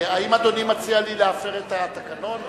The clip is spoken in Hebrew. האם אדוני מציע לי להפר את התקנון?